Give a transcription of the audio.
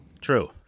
True